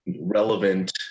relevant